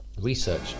Research